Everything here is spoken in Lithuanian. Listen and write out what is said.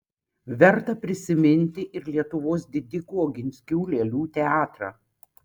verta prisiminti ir lietuvos didikų oginskių lėlių teatrą